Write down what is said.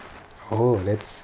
oh let's